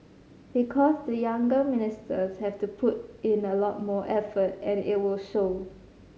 because the younger ministers have to put in a lot more effort and it will show